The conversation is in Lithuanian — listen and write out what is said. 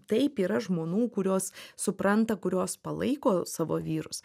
taip yra žmonų kurios supranta kurios palaiko savo vyrus